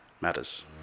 matters